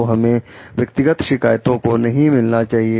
तो हमें व्यक्तिगत शिकायतों को नहीं मिलाना चाहिए